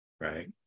right